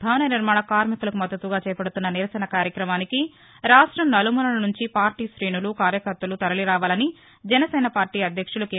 భవన నిర్మాణ కార్మికులకు మద్దతుగా చేపడుతన్న నిరసన కార్యక్రమానికి రాష్టం నలుమూలల నుంచి పార్టీ తేణులు కార్యకర్తలు తరలిరావాలని జనసేన అధ్యక్షుడు కె